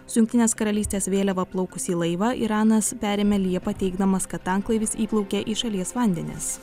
su jungtinės karalystės vėliava plaukusį laivą iranas perėmė liepą teigdamas kad tanklaivis įplaukė į šalies vandenis